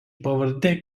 pavardė